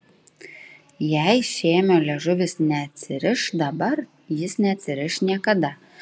jei šėmio liežuvis neatsiriš dabar jis neatsiriš niekada